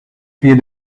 via